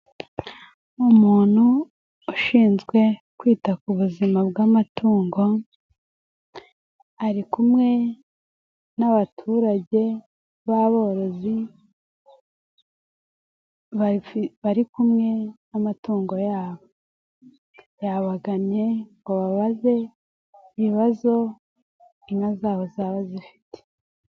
Umuntu ushinzwe kwita ku buzima bw'amatungo ari kumwe n'abaturage b'aborozi, bari kumwe n'amatungo yabo, yabagamye ngo ababaze ibibazo inka zabo zaba zifite.